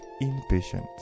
impatient